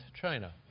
China